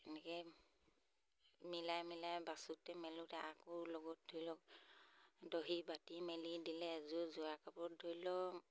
এনেকৈ মিলাই মিলাই বাচোঁতে মেলোঁতে আকৌ লগত ধৰি লওক দহি বাতি মেলি দিলে এযোৰ যোৱাৰ কাপোৰত ধৰি লওক